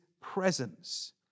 presence